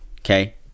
okay